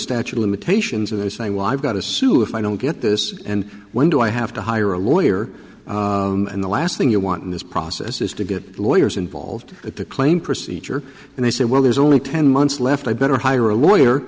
statue of limitations and they say well i've got to sue if i don't get this and when do i have to hire a lawyer and the last thing you want in this process is to get lawyers involved at the claim procedure and they say well there's only ten months left i better hire a lawyer